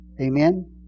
Amen